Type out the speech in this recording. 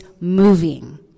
moving